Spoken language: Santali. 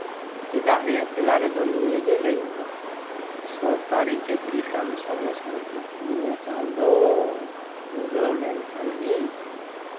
ᱪᱮᱫᱟᱜ ᱨᱮᱭᱟᱜ ᱛᱮᱞᱟ ᱨᱮᱫᱚ ᱱᱤᱭᱟᱹᱜᱮ ᱞᱟᱭᱟᱹᱜᱼᱟ ᱥᱚᱨᱠᱟᱨᱤ ᱪᱟᱹᱠᱨᱤ ᱠᱷᱟᱱ ᱥᱚᱸᱜᱮ ᱥᱚᱸᱜᱮ ᱪᱟᱸᱫᱳ ᱯᱩᱨᱟᱹᱣ ᱞᱮᱱᱠᱷᱟᱱ ᱜᱮ